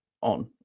on